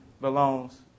belongs